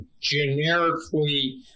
generically